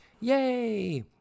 Yay